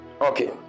Okay